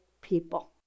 people